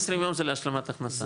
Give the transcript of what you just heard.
120 יום זה להשלמת הכנסה.